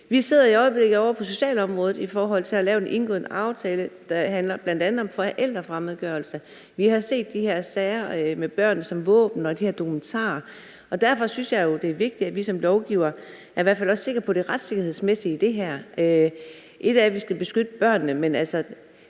Vi sidder i øjeblikket og er ved at indgå en aftale på socialområdet, der bl.a. handler om forældrefremmedgørelse. Vi har set de her sager med børn som våben og dokumentarer om det, og derfor synes jeg, det er vigtigt, at vi som lovgivere i hvert fald er sikre på det retssikkerhedsmæssige i det her. Ét er, at vi skal beskytte børnene,